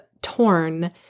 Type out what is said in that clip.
torn